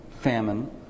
famine